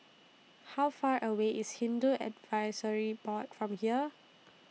How Far away IS Hindu Advisory Board from here